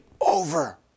over